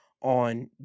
on